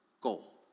goal